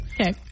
Okay